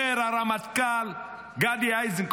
אומר הרמטכ"ל לשעבר גדי איזנקוט,